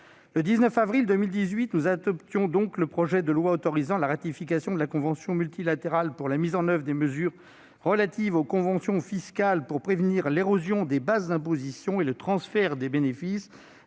Le 19 avril 2018, nous adoptions le projet de loi autorisant la ratification de la convention multilatérale pour la mise en oeuvre des mesures relatives aux conventions fiscales pour prévenir l'érosion des bases d'imposition et le transfert de bénéfices